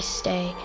stay